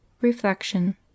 Reflection